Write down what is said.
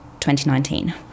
2019